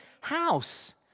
house